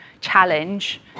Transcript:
challenge